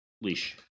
Leash